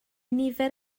nifer